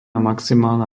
maximálna